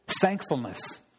thankfulness